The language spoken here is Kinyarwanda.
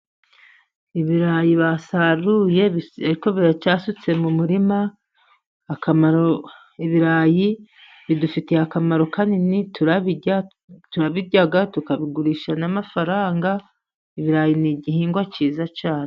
Ibirayi basaruye ariko biracyasutse mu murima. Akamaro, ibirayi bidufitiye akamaro kanini, turabirya, turabirya tukabigurisha n'amafaranga. Ibirayi ni igihingwa cyiza cyane.